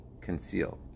conceal